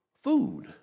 food